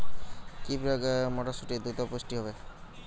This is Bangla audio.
কি প্রয়োগে মটরসুটি দ্রুত পুষ্ট হবে?